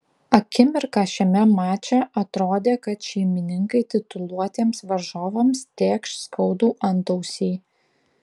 akimirką šiame mače atrodė kad šeimininkai tituluotiems varžovams tėkš skaudų antausį